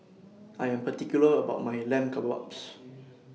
I Am particular about My Lamb Kebabs